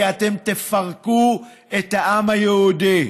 כי אתם תפרקו את העם היהודי.